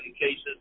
cases